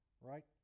right